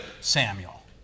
Samuel